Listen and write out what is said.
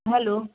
hello